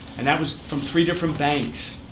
and that was from three different banks,